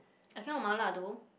I cannot mala though